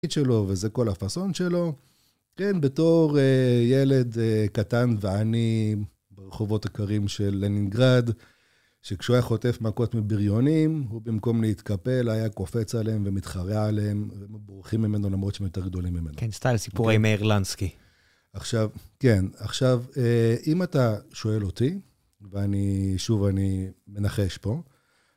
וזה כל הפסון שלו. כן, בתור ילד קטן ועני ברחובות הקרים של לנינגרד, שכשהוא היה חוטף מכות מבריונים, הוא במקום להתקפל היה קופץ עליהם ומתחרה עליהם, ובורחים ממנו למרות שהם יותר גדולים ממנו. כן, סטייל סיפורי מאירלנסקי. עכשיו, כן, עכשיו, אם אתה שואל אותי, ואני שוב אני מנחש פה